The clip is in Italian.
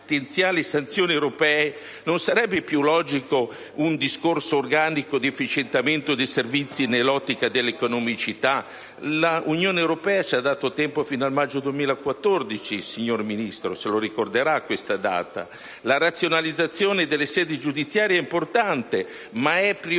non sarebbe più logico in un discorso organico di efficientamento di un servizio nell'ottica dell'economicità? L'Unione europea ci ha dato tempo fino a maggio 2014, signora Ministro: ricorderà questa data. La razionalizzazione delle sedi giudiziarie è importante, ma è prioritaria